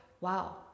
wow